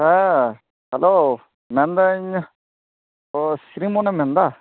ᱦᱮᱸ ᱦᱮᱞᱳ ᱢᱮᱱᱫᱟᱹᱧ ᱛᱚ ᱥᱨᱤᱢᱚᱱᱮᱢ ᱢᱮᱱᱫᱟ